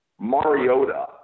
Mariota